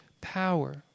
power